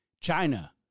China